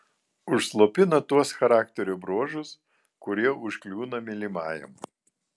užslopina tuos charakterio bruožus kurie užkliūna mylimajam